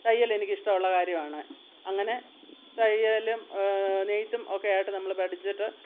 തയ്യൽ എനിക്ക് ഇഷ്ടമുള്ള കാര്യമാണ് അങ്ങനെ തയ്യലും നെയ്ത്തും ഒക്കെ ആയിട്ട് നമ്മൾ പഠിച്ചിട്ടു